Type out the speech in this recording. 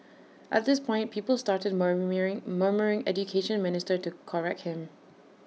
at this point people started murmuring Education Minister to correct him